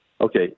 okay